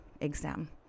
exam